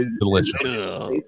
delicious